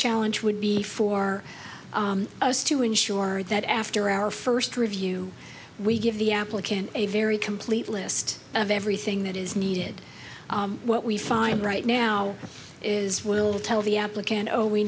challenge would be for us to ensure that after our first review we give the applicant a very complete list of everything that is needed what we find right now is we'll tell the applicant oh we